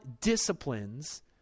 disciplines